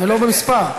ולא במספר.